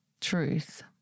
truth